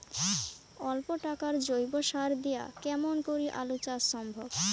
অল্প টাকার জৈব সার দিয়া কেমন করি আলু চাষ সম্ভব?